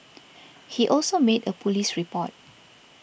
he also made a police report